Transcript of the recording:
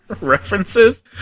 References